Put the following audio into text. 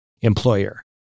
employer